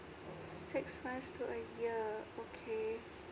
six months to a year okay